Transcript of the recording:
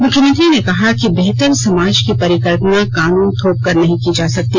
मुख्यमंत्री ने कहा कि बेहतर समाज की परिकल्पना कानून थोप कर नहीं की जा सकती